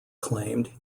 claimed